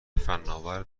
فناور